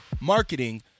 marketing